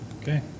Okay